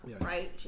right